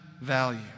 value